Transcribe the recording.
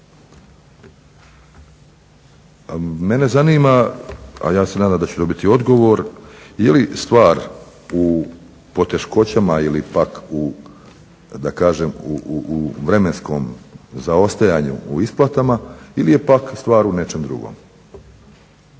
Mene zanima, a ja se nadam da ću dobiti odgovor, je li stvar u poteškoćama ili pak u, da kažem u vremenskom zaostajanju u isplatama ili je pak stvar u nečem drugom.